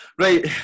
Right